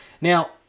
Now